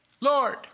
Lord